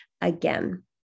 again